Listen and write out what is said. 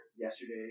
yesterday